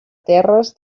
terres